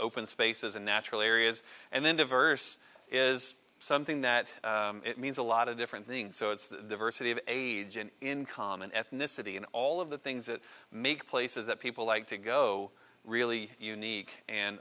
open spaces and natural areas and then diverse is something that means a lot of different things so it's the versity of age and income and ethnicity and all of the things that make places that people like to go really unique and